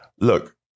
Look